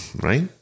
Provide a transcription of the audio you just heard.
Right